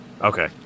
Okay